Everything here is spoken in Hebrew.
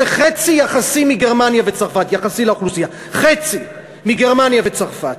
יחסית לאוכלוסייה, זה חצי לעומת גרמניה וצרפת.